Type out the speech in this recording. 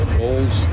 goals